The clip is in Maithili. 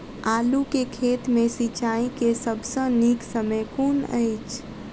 आलु केँ खेत मे सिंचाई केँ सबसँ नीक समय कुन अछि?